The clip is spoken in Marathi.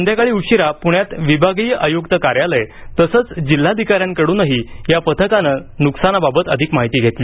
संध्याकाळी उशिरा पुण्यात विभागीय आयुक्त कार्यालय तसंच जिल्हाधिकाऱ्यांकडूनही या पथकानं नुकसानाबाबत अधिक माहिती घेतली